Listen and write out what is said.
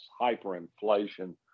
hyperinflation